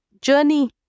journey